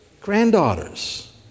granddaughters